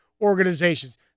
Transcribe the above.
organizations